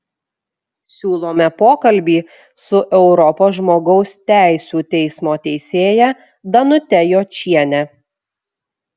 siūlome pokalbį su europos žmogaus teisių teismo teisėja danute jočiene